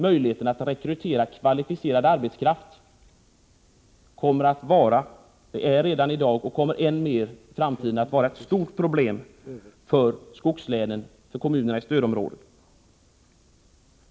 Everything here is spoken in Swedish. Möjligheten att rekrytera kvalificerad arbetskraft kommer i framtiden att var ett stort problem för skogslänen och kommunerna i stödområdet. Det är det redan i dag, men det kommer att bli än värre framöver.